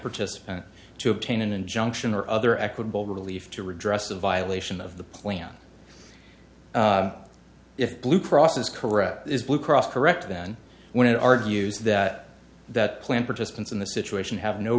participant to obtain an injunction or other equitable relief to redress the violation of the plan if blue cross is correct is blue cross correct then when it argues that that plan participants in the situation have no